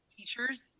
teachers